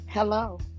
Hello